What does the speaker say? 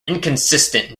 inconsistent